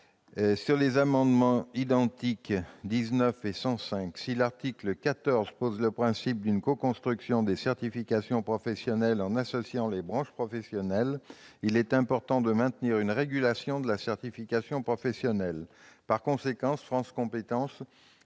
des amendements identiques n 19 rectifié et 105 rectifié, si l'article 14 pose le principe d'une coconstruction des certifications professionnelles en associant les branches professionnelles, il est important de maintenir une régulation de la certification professionnelle. Par conséquent, France compétences